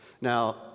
Now